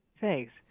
Thanks